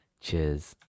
cheers